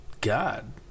God